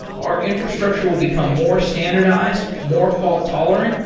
our infrastructure will become more standardized, more fault-tolerant,